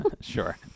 Sure